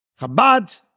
Chabad